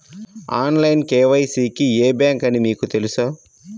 Online KYC కి ఏ bank అని మీకు తెలుసా?